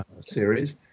series